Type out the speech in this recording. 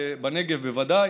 בנגב בוודאי,